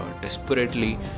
desperately